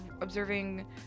observing